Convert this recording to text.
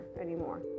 anymore